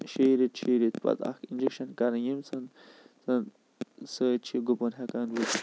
شیٚہِ رؠتۍ شیٚہِ رؠتۍ پَتہٕ اَکھ اِنجیٚکشَن ث کَران ییٚمہِ سٟتۍ زَن سٟتۍ چھُ گُپَن ہیٚکان روٗزِتھ